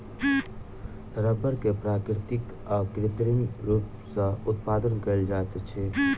रबड़ के प्राकृतिक आ कृत्रिम रूप सॅ उत्पादन कयल जाइत अछि